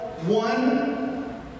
one